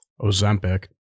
ozempic